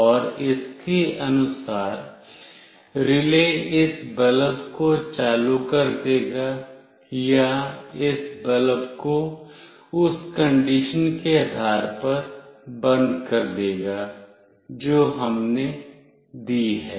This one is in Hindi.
और इसके अनुसार रिले इस बल्ब को चालू कर देगा या यह इस बल्ब को उस कंडीशन के आधार पर बंद कर देगा जो हमने दी है